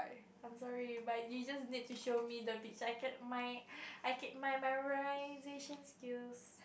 I'm sorry but you just need to show me the beside of mine I keep my my memorization skills